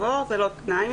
זה לא ייהרג ובל יעבור.